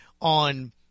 on